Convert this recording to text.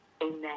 Amen